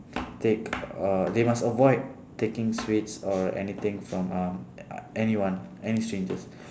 take uh they must avoid taking sweets or anything from uh anyone any strangers